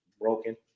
broken